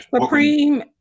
supreme